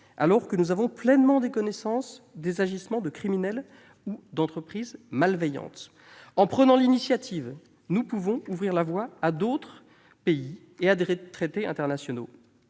alors même que nous avons pleinement connaissance des agissements de criminels ou d'entreprises malveillantes. En prenant l'initiative, nous pouvons ouvrir la voie à d'autres pays et à la conclusion de traités internationaux.